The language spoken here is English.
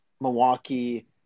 Milwaukee